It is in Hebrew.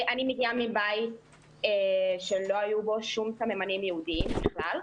אני מגיעה מבית שלא היו בו שום סממנים יהודיים בכלל,